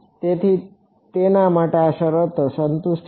તેથી તેના માટે આ શરતો સંતુષ્ટ છે